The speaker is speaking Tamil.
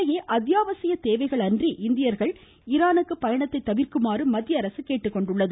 இதனிடையே அத்தியாவசியத் தேவைகளன்றி இந்தியர்கள் ஈரானுக்கு பயணத்தை தவிர்க்குமாறு மத்திய அரசு கேட்டுக் கொண்டுள்ளது